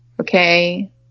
okay